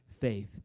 faith